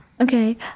Okay